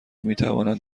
میتوانند